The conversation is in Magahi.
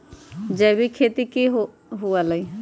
जैविक खेती की हुआ लाई?